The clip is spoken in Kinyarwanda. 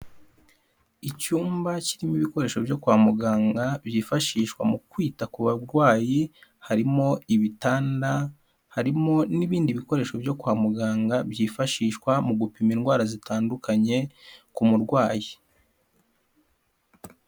Icyumba kirimo ibikoresho byo kwa muganga byifashishwa mu kwita ku barwayi harimo ibitanda, harimo n'ibindi bikoresho byo kwa muganga byifashishwa mu gupima indwara zitandukanye ku murwayi.